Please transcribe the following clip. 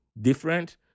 different